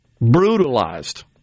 brutalized